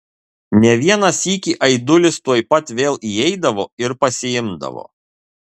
ne vieną sykį aidulis tuoj pat vėl įeidavo ir pasiimdavo